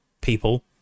people